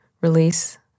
release